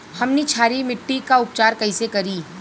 हमनी क्षारीय मिट्टी क उपचार कइसे करी?